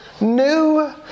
new